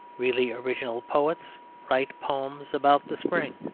really original poets write poems about the spring.